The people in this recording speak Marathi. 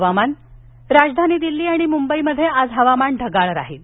हवामान राजधानी दिल्ली आणि मुंबईमध्ये आज हवामान ढगाळ राहील